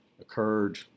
occurred